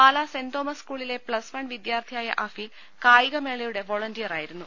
Pala saint Thomas സ്കൂളിലെ plus one വി ദ്യാർത്ഥിയായ അഫീൽ കായിക മേളയുടെ വളന്റിയറാ യിരുന്നു